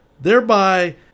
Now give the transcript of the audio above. thereby